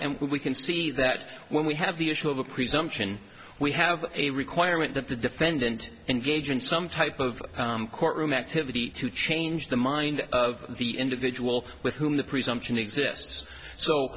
and we can see that when we have the issue of a presumption we have a requirement that the defendant engage in some type of courtroom activity to change the mind of the individual with whom the presumption exists so